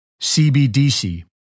CBDC